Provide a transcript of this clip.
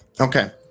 Okay